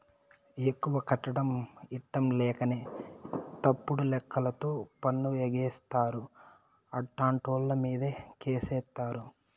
ఎక్కువ కట్టడం ఇట్టంలేకనే తప్పుడు లెక్కలతో పన్ను ఎగేస్తారు, అట్టాంటోళ్ళమీదే కేసేత్తారు